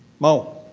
moe?